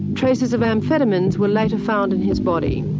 traces of amphetamines were later found in his body.